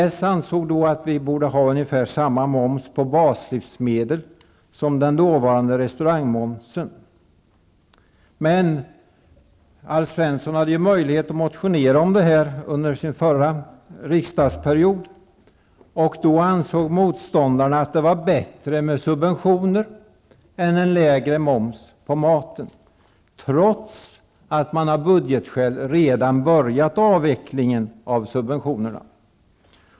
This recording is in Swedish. Kds ansåg att vi borde ha ungefär samma moms på baslivsmedel som den dåvarande restaurangmomsen. Alf Svensson hade ju möjlighet att motionera om det under sin förra riksdagsperiod. Då ansåg motståndarna att det var bättre med subventioner än med en lägre moms på maten, trots att man av budgetskäl redan börjat avvecklingen av subventionerna.